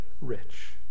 rich